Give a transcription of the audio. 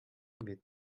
wird